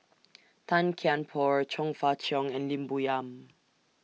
Tan Kian Por Chong Fah Cheong and Lim Bo Yam